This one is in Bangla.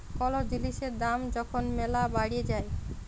কল জিলিসের দাম যখল ম্যালা বাইড়ে যায়